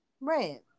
Right